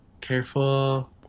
careful